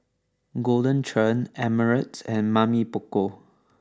Golden Churn Ameltz and Mamy Poko